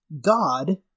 God